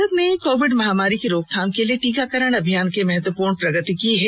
भारत ने कोविड महामारी की रोकथाम के लिए टीकाकरण अभियान में महत्वपूर्ण प्रगति की है